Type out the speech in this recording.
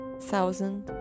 thousand